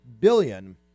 billion